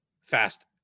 fast